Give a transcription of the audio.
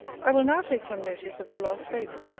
i will now take some notice of your last favour.